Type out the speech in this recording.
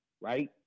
Right